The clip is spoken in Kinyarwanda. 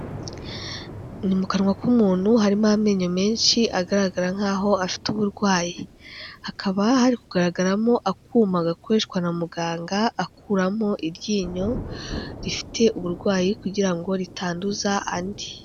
Ni mu kanwa k'umuntu harimo amenyo menshi agaragara nk'aho afite uburwayi, hakaba hari kugaragaramo akuma gakoreshwa na muganga akuramo iryinyo rifite uburwayi kugira ngo ritanduza andi.